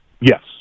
Yes